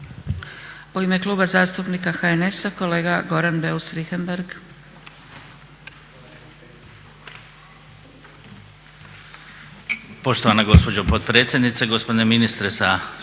U ime Kluba zastupnika HNS-a kolega Goran Beus-Richemergh.